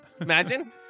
Imagine